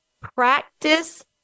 practice